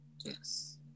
Yes